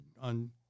on